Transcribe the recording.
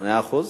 טוב, מאה אחוז.